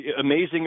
amazing